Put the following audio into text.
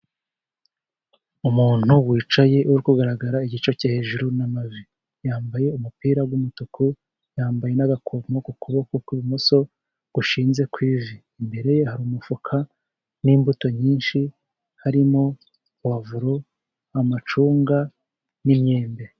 Umuntu wicaye uri kugaragara igice cyo hejuru n'amavi. Yambaye umupira w'umutuku, yambaye n'agakomo ku kuboko kw'ibumoso gushinze ku ivi. Imbere ye hari umufuka n'imbuto nyinshi, harimo puwavuro, amacunga, n'imyembe.